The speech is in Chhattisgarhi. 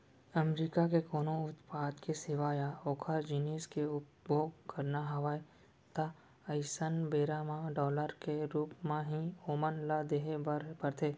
अमरीका के कोनो उत्पाद के सेवा या ओखर जिनिस के उपभोग करना हवय ता अइसन बेरा म डॉलर के रुप म ही ओमन ल देहे बर परथे